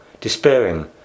despairing